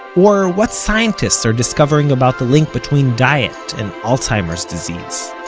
or what scientists are discovering about the link between diet and alzheimer's disease.